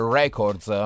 records